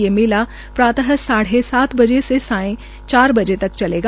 ये मेला प्रात साढ़े सात बजे से शाम चार बजे चलेगा